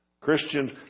Christians